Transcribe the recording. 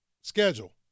schedule